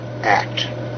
Act